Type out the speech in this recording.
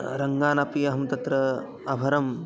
रङ्गानपि अहं तत्र अभरम्